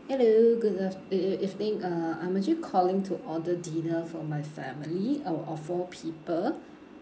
hello good af~ e~ e~ evening uh I'm actually calling to order dinner for my family uh of four people